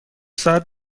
ساعت